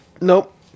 Nope